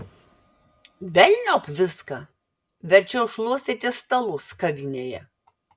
velniop viską verčiau šluostyti stalus kavinėje